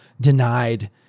denied